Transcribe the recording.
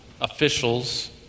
officials